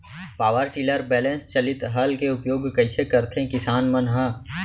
Power tiller balance चालित हल के उपयोग कइसे करथें किसान मन ह?